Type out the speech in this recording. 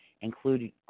including